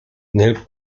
nel